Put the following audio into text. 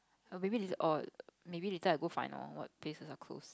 err maybe later or~ maybe later I go find lor what places are close